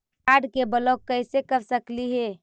Card के block कैसे कर सकली हे?